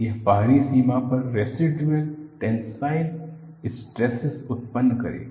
यह बाहरी सीमा पर रैसिडुअल टेंसाइल स्ट्रेसिस उत्पन्न करेगा